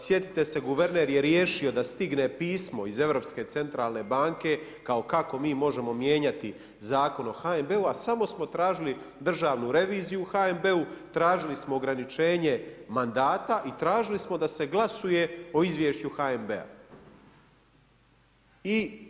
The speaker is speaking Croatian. Sjetite se guverner je riješio da stigne pismo iz Europske centralne banke, kao kako mi možemo mijenjati Zakon o HNB-u a samo smo tražili državnu reviziju u HNB-u, tražili smo ograničenje mandata i tražili smo da se glasuje o izvješću HNB-a.